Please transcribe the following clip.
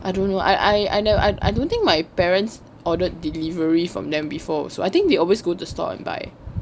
I don't know I I know I don't think my parents ordered delivery from them before so I think they always go to store and buy